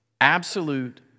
absolute